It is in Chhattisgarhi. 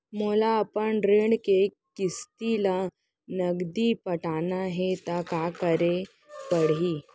मोला अपन ऋण के किसती ला नगदी पटाना हे ता का करे पड़ही?